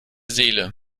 seele